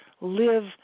live